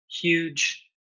huge